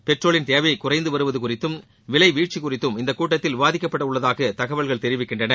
பெட்ரோலின் தேவை குறைந்து வருவது குறித்தும் விலை வீழ்ச்சி குறித்தும் இக்கூட்டத்தில் விவாதிக்கப்படவுள்ளதாக தகவல்கள் தெரிவிக்கின்றன